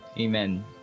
Amen